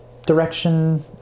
direction